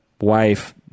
wife